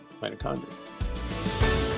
mitochondria